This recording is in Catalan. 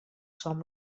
som